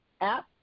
app